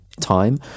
time